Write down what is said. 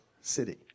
city